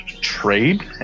trade